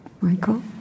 Michael